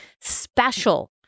special